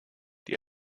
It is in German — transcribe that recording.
die